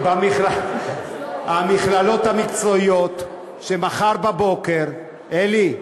המכללות המקצועיות, שמחר בבוקר, אלי,